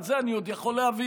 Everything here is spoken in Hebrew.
את זה אני עוד יכול להבין.